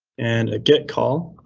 and a get call.